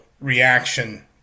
reaction